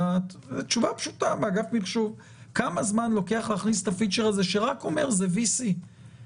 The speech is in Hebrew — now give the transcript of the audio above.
הדיונים שהתקיימו בהיוועדות חזותית זה שב"ס ולא אנחנו.